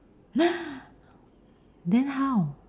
!huh! then how